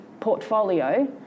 portfolio